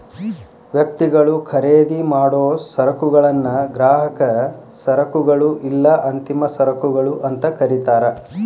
ವ್ಯಕ್ತಿಗಳು ಖರೇದಿಮಾಡೊ ಸರಕುಗಳನ್ನ ಗ್ರಾಹಕ ಸರಕುಗಳು ಇಲ್ಲಾ ಅಂತಿಮ ಸರಕುಗಳು ಅಂತ ಕರಿತಾರ